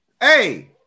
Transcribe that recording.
Hey